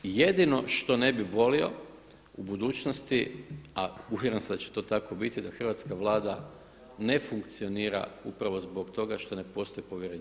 Jedino što ne bi volio u budućnosti a uvjeren sam da će to tako biti da hrvatska Vlada ne funkcionira upravo zbog toga što ne postoji povjerenje.